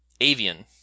avian